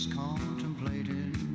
contemplating